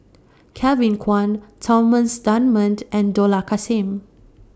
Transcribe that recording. Kevin Kwan Thomas Dunman and Dollah Kassim